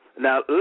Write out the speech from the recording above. now